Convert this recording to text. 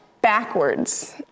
backwards